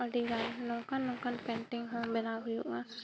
ᱟ ᱰᱤᱜᱟᱱ ᱱᱚᱝᱠᱟᱱ ᱱᱚᱝᱠᱟᱱ ᱯᱮᱱᱴᱤᱝ ᱦᱚᱸ ᱵᱮᱱᱟᱣ ᱦᱩᱭᱩᱜᱼᱟ